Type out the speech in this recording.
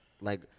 Like-